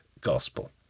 gospel